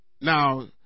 Now